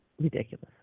ridiculous